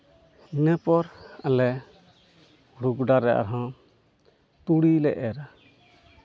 ᱤᱱᱟᱹ ᱯᱚᱨ ᱟᱞᱮ ᱦᱩᱲᱩ ᱜᱚᱰᱟᱨᱮ ᱟᱨᱦᱚᱸ ᱛᱩᱲᱤ ᱞᱮ ᱮᱨᱟ